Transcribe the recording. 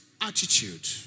attitude